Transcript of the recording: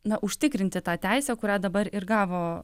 na užtikrinti tą teisę kurią dabar ir gavo